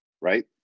right